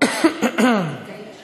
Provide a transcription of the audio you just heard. אחמד טיבי,